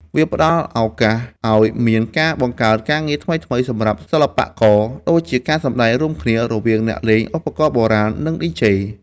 វាផ្ដល់ឱកាសឱ្យមានការបង្កើតការងារថ្មីៗសម្រាប់សិល្បករ ដូចជាការសម្ដែងរួមគ្នា រវាងអ្នកលេងឧបករណ៍បុរាណ និង DJ។